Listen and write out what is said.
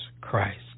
Christ